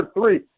three